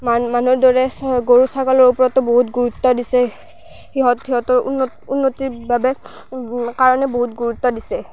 মান মানুহৰ দৰে গৰু ছাগালৰ ওপৰতো বহুত গুৰুত্ব দিছে সিঁহত সিঁহতৰ উন্নত উন্নতিৰ বাবে কাৰণে বহুত গুৰুত্ব দিছে